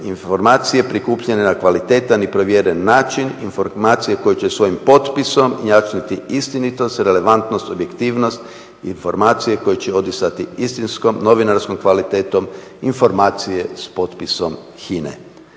informacije prikupljene na kvalitetan i provjeren način, informacije koje će svojim potpisom jamčiti istinitost, relevantnost, objektivnost informacije koji će odisati istinskom novinarskom kvalitetom informacije s potpisom HINA-e.